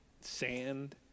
sand